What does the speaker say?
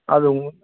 அது